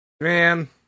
Man